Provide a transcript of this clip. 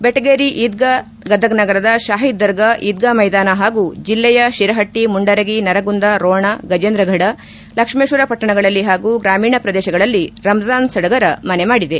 ಬೆಟಗೇರಿ ಈದ್ಗಾ ಗದಗ್ನಗರದ ಶಾಹಿದ್ ದರ್ಗಾ ಈದ್ಗಾ ಮೈದಾನ ಹಾಗೂ ಜಿಲ್ಲೆಯ ಶಿರಹಟ್ಟಿ ಮುಂಡರಗಿ ನರಗುಂದ ರೋಣಾ ಗಜೇಂದ್ರ ಘಡ ಲಕ್ಷ್ಮೇತ್ವರ ಪಟ್ಟಣಗಳಲ್ಲಿ ಹಾಗೂ ಗ್ರಾಮೀಣ ಪ್ರದೇಶಗಳಲ್ಲಿ ರಂಜಾನ್ ಸಡಗರ ಮನೆ ಮಾಡಿದೆ